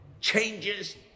changes